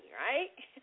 right